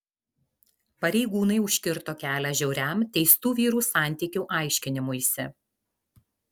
pareigūnai užkirto kelią žiauriam teistų vyrų santykių aiškinimuisi